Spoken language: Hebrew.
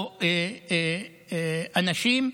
או אנשים,